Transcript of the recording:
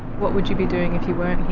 what would you be doing if you weren't